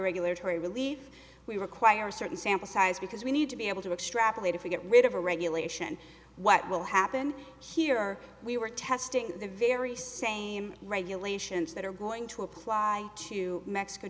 regular tory relief we require certain sample size because we need to be able to extrapolate if we get rid of a regulation what will happen here we were testing the very same regulations that are going to apply to mexico